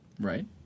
Right